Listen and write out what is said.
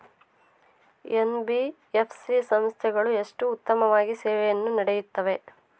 NBFC ಸಂಸ್ಥೆಗಳು ಎಷ್ಟು ಉತ್ತಮವಾಗಿ ಸೇವೆಯನ್ನು ನೇಡುತ್ತವೆ?